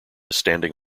standing